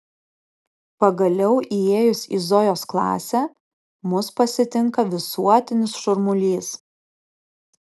pagaliau įėjus į zojos klasę mus pasitinka visuotinis šurmulys